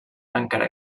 encara